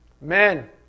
Men